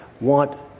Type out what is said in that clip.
want